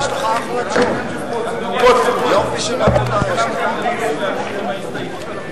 גם לממשלה מותר לאשר את ההסתייגות.